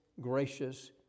gracious